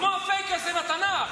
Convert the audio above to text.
זה כמו "53 מיליארד לעבאס".